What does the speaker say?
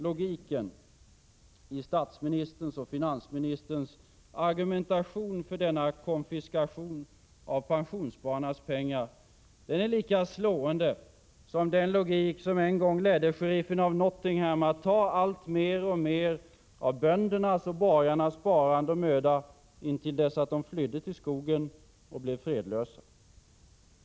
Logiken i statsministerns och finansministerns argumentation för denna konfiskation av pensionsspararnas pengar är lika slående som den logik som en gång ledde sheriffen av Nottingham att ta alltmer av böndernas och borgarnas sparande och möda -— intill dess att de flydde till skogen och blev fredlösa.